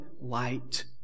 light